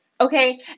okay